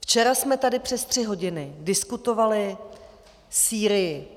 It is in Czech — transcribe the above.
Včera jsme tady přes tři hodiny diskutovali Sýrii.